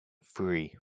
free